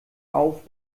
auf